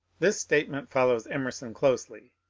this statement follows emerson closely,